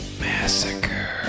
Massacre